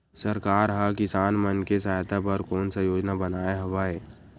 सरकार हा किसान मन के सहायता बर कोन सा योजना बनाए हवाये?